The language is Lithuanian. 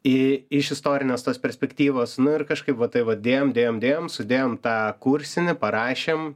į iš istorinės tos perspektyvos nu ir kažkaip va tai vat dėjom dėjom dėjom sudėjom tą kursinį parašėm